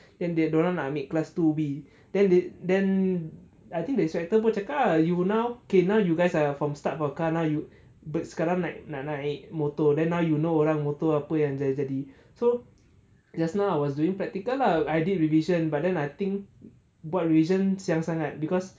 then they dia orang nak ambil class two B then they then I think they instructor pun cakap ah you now okay now you guys are from start from car now you but sekarang nak nak naik motor then now you know orang motor apa yang jadi so just now I was doing practical lah I did revision but then I think what reason siang sangat because